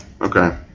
Okay